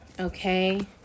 Okay